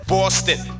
Boston